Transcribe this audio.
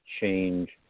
change